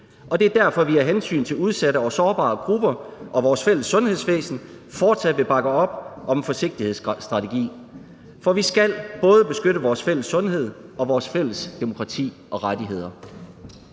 Og det er derfor, at vi af hensyn til udsatte og sårbare grupper og vores fælles sundhedsvæsen fortsat vil bakke op om en forsigtighedsstrategi. For vi skal både beskytte vores fælles sundhed og vores fælles demokrati og rettigheder.